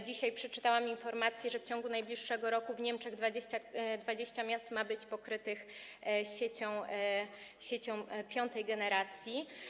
Dzisiaj przeczytałam informację, że w ciągu najbliższego roku w Niemczech 20 miast ma być pokrytych siecią piątej generacji.